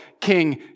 King